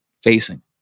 facing